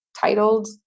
titled